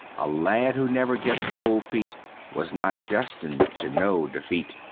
a lad who never gets cold feet was not destined to know defeat,